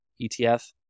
ETF